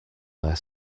their